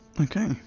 Okay